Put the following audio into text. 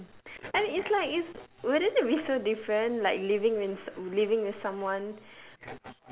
I think it's like wouldn't it be so different like living with s~ living with someone